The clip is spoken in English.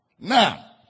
Now